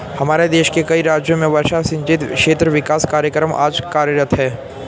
हमारे देश के कई राज्यों में वर्षा सिंचित क्षेत्र विकास कार्यक्रम आज कार्यरत है